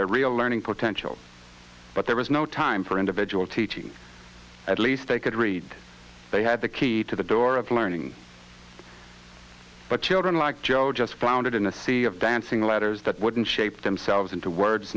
their real learning potential but there was no time for individual teaching at least they could read they had the key to the door of learning but children like joe just found in a sea of dancing letters that wouldn't shape themselves into words